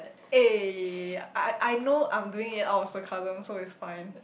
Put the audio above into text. eh I I know I am doing it out of sarcasm so it's fine